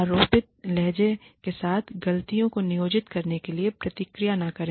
आरोपित लहजे के साथ गलतियों को नियोजित करने के लिए प्रतिक्रिया न दें